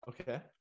Okay